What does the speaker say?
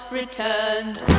returned